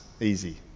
easy